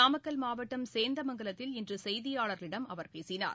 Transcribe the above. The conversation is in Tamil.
நாமக்கல் மாவட்டம் சேந்தமங்கலத்தில் இன்று செய்தியாளர்களிடம் அவர் பேசினார்